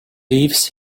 lives